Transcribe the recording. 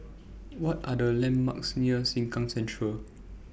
What Are The landmarks near Sengkang Central